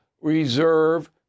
reserve